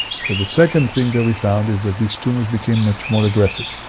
so the second thing that we found is that these tumours became much more aggressive.